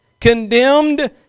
condemned